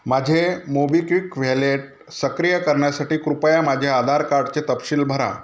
माझे MobiKwik wallet सक्रिय करण्यासाठी कृपया माझे आधार कार्डचे तपशील भरा